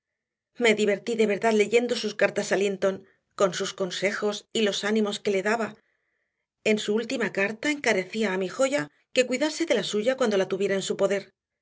me divertí de verdad leyendo sus cartas a linton con sus consejos y los ánimos que le daba en su última carta encarecía a mi joya que cuidase de la suya cuando la tuviera en su poder